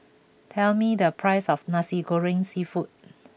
tell me the price of Nasi Goreng Seafood